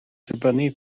dibynnu